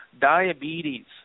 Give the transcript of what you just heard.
diabetes